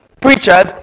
preachers